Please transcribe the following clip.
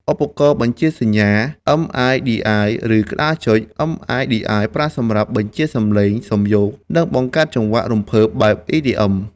ឧបករណ៍បញ្ជាសញ្ញា MIDI ឬ ក្ដារចុច MIDI ប្រើសម្រាប់បញ្ជាសំឡេងសំយោគ និងបង្កើតចង្វាក់រំភើបបែប EDM។